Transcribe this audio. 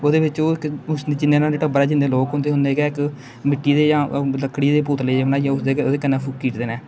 ओह्दे बिच्च ओह् उस जिन्ना नोआढ़ै टब्बरै च जिन्ने लोक होंदे उन्ने गै इक मिट्टी दे जां लकड़ी दे पुतले जेह् बनाइयै उसदे ओह्दे कन्नै फूक्की ओड़दे न